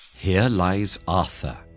here lies arthur,